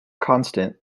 constant